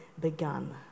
begun